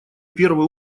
первый